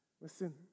Listen